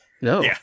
No